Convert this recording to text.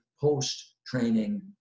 post-training